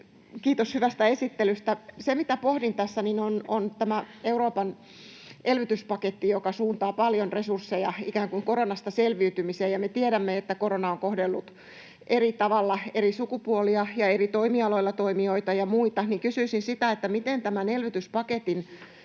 kiitos hyvästä esittelystä. Se, mitä pohdin tässä, on tämä Euroopan elvytyspaketti, joka suuntaa paljon resursseja ikään kuin koronasta selviytymiseen. Ja kun me tiedämme, että korona on kohdellut eri tavalla eri sukupuolia ja eri toimialoilla toimijoita ja muita, niin kysyisin: miten tämän elvytyspaketin